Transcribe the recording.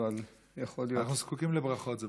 אנחנו זקוקים לברכות.